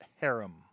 Harem